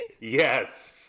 Yes